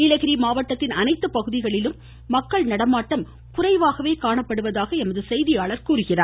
நீலகிரி மாவட்டத்தின் அனைத்து பகுதிகளிலும் மக்கள் நடமாட்டம் குறைவாகவே காணப்பட்டதாக எமது செய்தியாளர் தெரிவிக்கிறார்